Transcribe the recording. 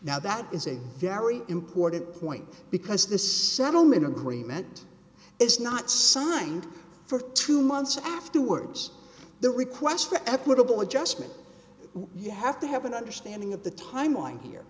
now that is a very important point because the settlement agreement is not signed for two months afterwards the request to equitable adjustment you have to have an understanding of the timeline here